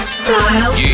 style